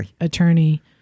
attorney